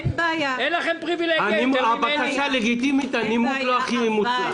אין לכם פריבילגיה יותר ממני.